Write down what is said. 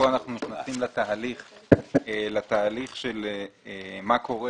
כאן אנחנו נכנסים לתהליך של מה קורה